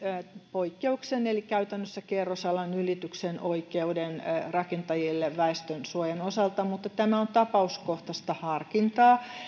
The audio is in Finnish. poikkeuksen eli käytännössä kerrosalan ylityksen oikeuden rakentajille väestönsuojan osalta mutta tämä on tapauskohtaista harkintaa